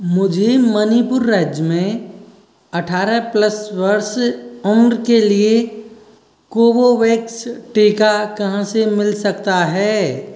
मुझे मणिपुर राज्य में अठारह प्लस वर्ष उम्र के लिए कोवोवैक्स टीका कहाँ से मिल सकता है